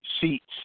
seats